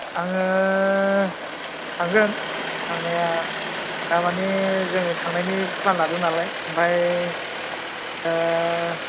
आङो थांगोन थांनाया थारमाने जोङो थांनायनि फ्लान लादों नालाय ओमफ्राय